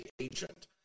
Agent